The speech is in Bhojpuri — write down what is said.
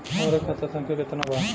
हमार खाता संख्या केतना बा?